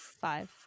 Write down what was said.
five